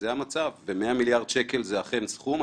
100 מיליארד שקל זה אכן סכום.